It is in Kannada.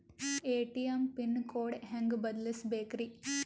ಎ.ಟಿ.ಎಂ ಪಿನ್ ಕೋಡ್ ಹೆಂಗ್ ಬದಲ್ಸ್ಬೇಕ್ರಿ?